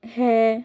হ্যাঁ